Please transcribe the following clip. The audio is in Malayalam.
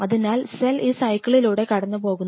അതിനാൽ സെൽ ഈ സൈക്കിളിലൂടെ കടന്നുപോകുന്നു